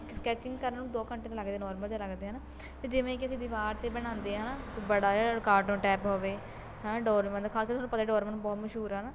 sketching ਕਰਨ ਨੂੰ ਦੋ ਘੰਟੇ ਤਾਂ ਲੱਗਦੇ ਨੌਰਮਲ ਜੇ ਲੱਗਦੇ ਆ ਹੈ ਨਾ ਅਤੇ ਜਿਵੇਂ ਕਿ ਦੀਵਾਰ 'ਤੇ ਬਣਾਉਂਦੇ ਆ ਹੈ ਨਾ ਬੜਾ ਜਿਹੜਾ ਕਾਰਟੂਨ ਟੈਪ ਹੋਵੇ ਹੈ ਨਾ ਡੋਰੇਮੋਨ ਦਿਖਾ ਕੇ ਤੁਹਾਨੂੰ ਪਤਾ ਡੋਰੇਮੋਨ ਬਹੁਤ ਮਸ਼ਹੂਰ ਆ ਹੈ ਨਾ